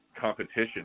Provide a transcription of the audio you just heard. competition